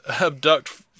abduct